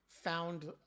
found